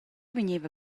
vegneva